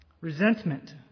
Resentment